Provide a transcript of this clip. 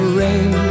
rain